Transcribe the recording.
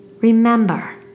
remember